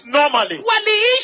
normally